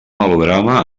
melodrama